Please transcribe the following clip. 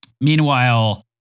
Meanwhile